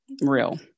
real